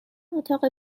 اتاق